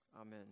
Amen